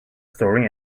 storing